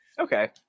okay